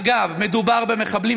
אגב, מדובר במחבלים.